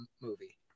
movie